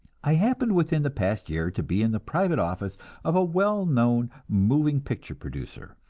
i happened within the past year to be in the private office of a well known moving picture producer,